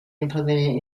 implemented